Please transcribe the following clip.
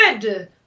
Good